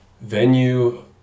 Venue